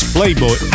Playboy